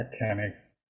mechanics